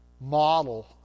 model